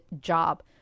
job